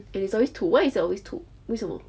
and it's always two why is it always two 为什么